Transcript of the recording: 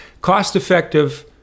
cost-effective